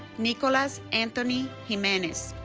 nicholas anthony jimenez